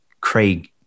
Craig